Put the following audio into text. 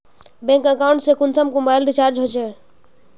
Bank account से कुंसम mobile recharge होचे?